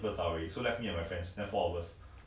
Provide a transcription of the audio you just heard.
then how the security guard